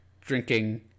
drinking